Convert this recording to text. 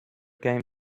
came